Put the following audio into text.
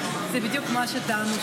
זה בדיוק מה שטענו,